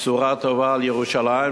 בשורה טובה על ירושלים,